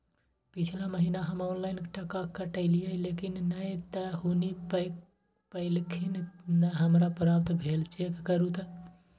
पिछला महीना हम ऑनलाइन टका कटैलिये लेकिन नय त हुनी पैलखिन न हमरा प्राप्त भेल, चेक करू त?